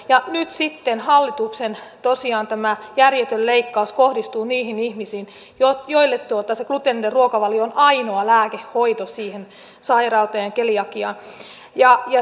ja nyt sitten tosiaan tämä hallituksen järjetön leikkaus kohdistuu niihin ihmisiin joille se gluteeniton ruokavalio on ainoa lääkehoito siihen sairauteen keliakiaan